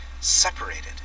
separated